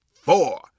four